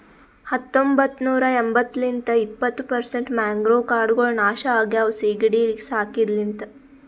ಹತೊಂಬತ್ತ ನೂರಾ ಎಂಬತ್ತು ಲಿಂತ್ ಇಪ್ಪತ್ತು ಪರ್ಸೆಂಟ್ ಮ್ಯಾಂಗ್ರೋವ್ ಕಾಡ್ಗೊಳ್ ನಾಶ ಆಗ್ಯಾವ ಸೀಗಿಡಿ ಸಾಕಿದ ಲಿಂತ್